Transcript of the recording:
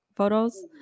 Photos